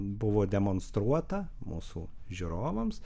buvo demonstruota mūsų žiūrovams